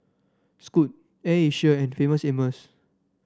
Scoot Air Asia and Famous Amos